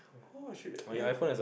!orh! I should ya